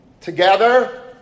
together